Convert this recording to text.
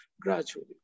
gradually